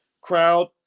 crowd